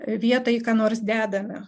vietą į ką nors dedame